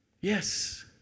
Yes